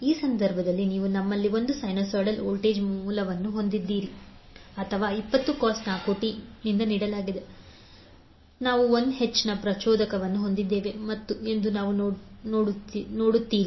ಈ ಸಂದರ್ಭದಲ್ಲಿ ನೀವು ನಮ್ಮಲ್ಲಿ ಒಂದು ಸೈನುಸೈಡಲ್ ವೋಲ್ಟೇಜ್ ಮೂಲವನ್ನು ಹೊಂದಿದ್ದೀರಿ ಅಥವಾ 20 cos⁡4t ನಿಂದ ನೀಡಲಾಗಿದೆ ಮತ್ತು ನಾವು 1H ನ ಪ್ರಚೋದಕವನ್ನು ಹೊಂದಿದ್ದೇವೆ ಎಂದು ನೀವು ನೋಡುತ್ತೀರಿ